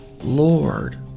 Lord